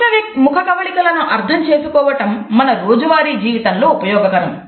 సూక్ష్మ ముఖకవళికలను అర్థం చేసుకోవటం మన రోజువారీ జీవితంలో ఉపయోగకరం